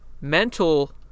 mental